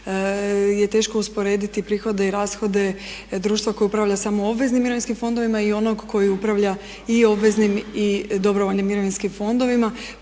je teško usporediti prihode i rashode društva koje upravlja samo obveznim mirovinskim fondovima i onog koji upravlja i obveznim i dobrovoljnim mirovinskim fondovima